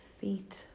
feet